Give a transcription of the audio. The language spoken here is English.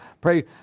pray